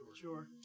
Sure